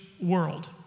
world